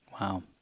Wow